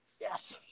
Yes